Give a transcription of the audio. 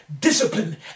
discipline